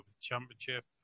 Championship